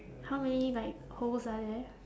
how many like holes are there